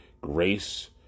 grace